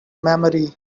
memory